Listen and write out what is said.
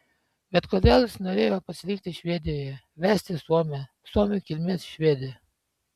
bet kodėl jis norėjo pasilikti švedijoje vesti suomę suomių kilmės švedę